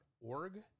org